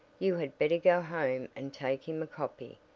you had better go home and take him a copy,